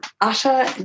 utter